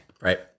Right